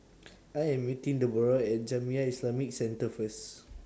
I Am meeting Deborrah At Jamiyah Islamic Centre First